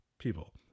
People